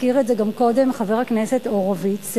הזכיר את זה גם קודם חבר הכנסת הורוביץ,